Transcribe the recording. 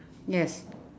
yes